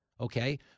Okay